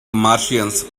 martians